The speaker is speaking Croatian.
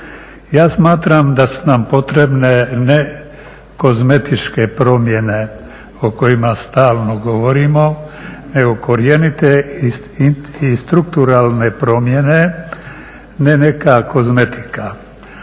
Ja smatram da su nam potrebne ne kozmetičke promjene o kojima stalno govorimo nego korjenite i strukturalne promjene ne neka kozmetika.